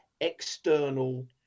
external